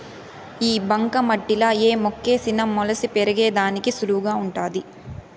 ఈ బంక మట్టిలా ఏ మొక్కేసిన మొలిసి పెరిగేదానికి సులువుగా వుంటాది